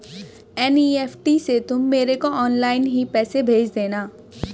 NEFT से तुम मेरे को ऑनलाइन ही पैसे भेज देना